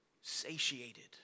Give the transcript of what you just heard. satiated